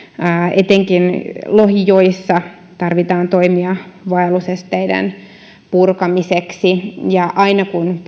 etenkin lohijoissa tarvitaan toimia vaellusesteiden purkamiseksi aina kun